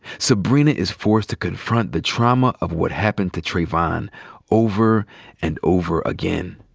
sybrina is forced to confront the trauma of what happened to trayvon over and over again.